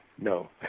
no